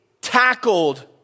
tackled